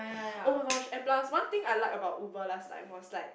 oh-my-gosh and plus one thing I like about Uber last time was like